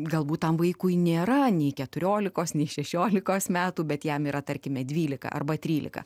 galbūt tam vaikui nėra nei keturiolikos nei šešiolikos metų bet jam yra tarkime dvylika arba trylika